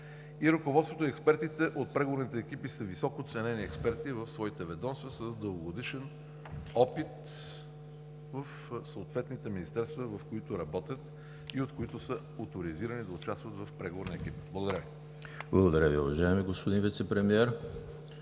И ръководството, и експертите от преговорните екипи са високо ценени експерти в своите ведомства с дългогодишен опит в съответните министерства, в които работят, и от които са оторизирани да участват в преговорния екип. Благодаря Ви. ПРЕДСЕДАТЕЛ ЕМИЛ ХРИСТОВ: Благодаря Ви, уважаеми господин Вицепремиер.